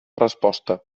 resposta